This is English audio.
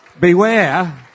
Beware